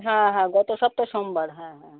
হ্যাঁ হ্যাঁ গত সপ্তাহে সোমবার হ্যাঁ হ্যাঁ